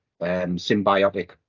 symbiotic